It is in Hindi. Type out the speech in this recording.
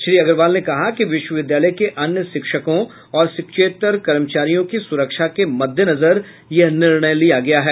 श्री अग्रवाल ने कहा कि विश्वविद्यालय के अन्य शिक्षकों और शिक्षकेत्तर कर्मचारियों की सुरक्षा के मद्देनजर यह निर्णय किया गया है